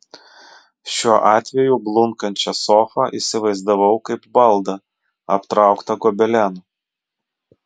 šiuo atveju blunkančią sofą įsivaizdavau kaip baldą aptrauktą gobelenu